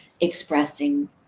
expressing